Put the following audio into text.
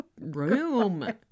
room